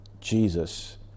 Jesus